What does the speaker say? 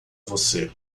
você